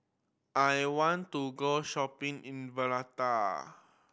I want to go shopping in Valletta